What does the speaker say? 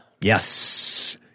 Yes